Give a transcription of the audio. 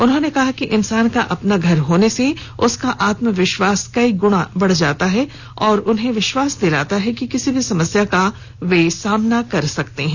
उन्होंने कहा कि इंसान का अपना घर होने से उसका आत्मविश्वास कई गुणा बढ़ जाता है और उन्हें विश्वास दिलाता है कि किसी भी समस्या का सामना कर सकते हैं